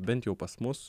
bent jau pas mus